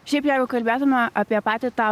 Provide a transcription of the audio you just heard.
šiaip jeigu kalbėtume apie patį tą